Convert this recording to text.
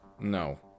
No